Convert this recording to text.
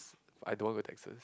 I don't want go Texas